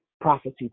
prophecy